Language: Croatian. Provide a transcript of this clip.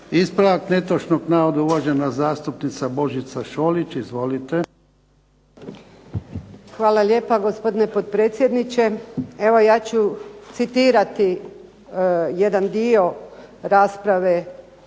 Ispravak netočnog navoda, uvažena zastupnica Božica Šolić. Izvolite. **Šolić, Božica (HDZ)** Hvala lijepa gospodine potpredsjedniče. Evo ja ću citirati jedan dio rasprave